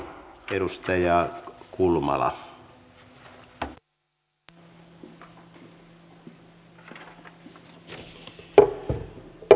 nyt päätetään lakiehdotuksen sisällöstä